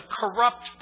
corrupt